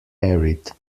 arid